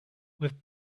with